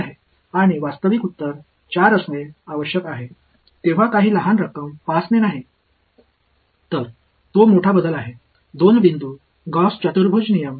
2 புள்ளி காஸ் குவாட்ரேச்சர்விதி நமக்கு என்ன தருகிறது என்று பார்ப்போம்